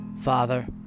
Father